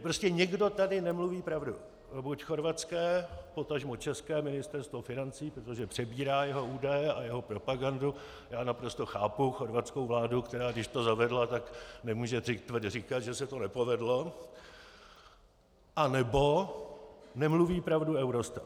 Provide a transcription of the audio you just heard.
Prostě někdo tady nemluví pravdu, buď chorvatské, potažmo české Ministerstvo financí, protože přebírá jeho údaje a jeho propagandu já naprosto chápu chorvatskou vládu, která když to zavedla, tak nemůže teď říkat, že se to nepovedlo , anebo nemluví pravdu Eurostat.